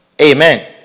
Amen